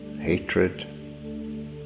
hatred